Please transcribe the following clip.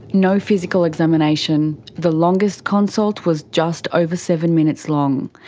no physical examination the longest consult was just over seven minutes long.